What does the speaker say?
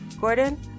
Gordon